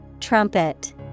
Trumpet